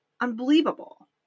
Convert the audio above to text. Unbelievable